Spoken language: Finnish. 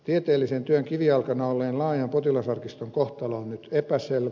tieteellisen työn kivijalkana olleen laajan potilasarkiston kohtalo on nyt epäselvä